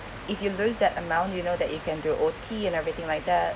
if you lose that amount you know that you can do O_T and everything like that